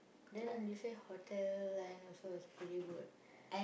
then you say hotel line also is pretty good